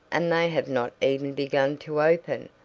and they have not even begun to open.